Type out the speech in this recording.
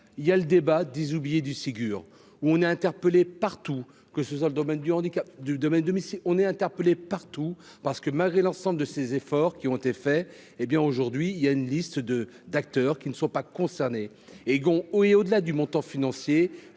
il y a le débat 10 oubliées du Ségur où on est interpellé partout, que ce soit le domaine du handicap du domaine de si on est interpellé partout parce que, malgré l'ensemble de ses efforts qui ont été faits, hé bien aujourd'hui il y a une liste de d'acteurs qui ne sont pas concernés Egon et au-delà du montant financier